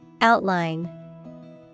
Outline